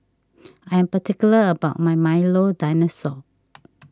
I am particular about my Milo Dinosaur